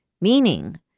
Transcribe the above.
Meaning